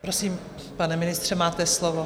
Prosím, pane ministře, máte slovo.